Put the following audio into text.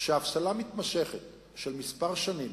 עם אבטלה מתמשכת של כמה שנים,